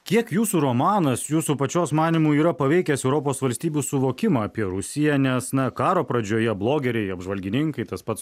kiek jūsų romanas jūsų pačios manymu yra paveikęs europos valstybių suvokimą apie rusiją nes na karo pradžioje blogeriai apžvalgininkai tas pats